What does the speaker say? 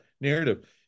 narrative